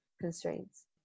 constraints